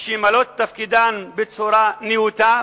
וממלאות את תפקידן בצורה נאותה,